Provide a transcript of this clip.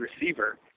receiver